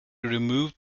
removed